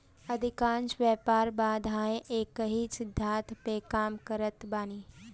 अधिकांश व्यापार बाधाएँ एकही सिद्धांत पअ काम करत बानी